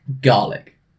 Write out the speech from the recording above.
garlic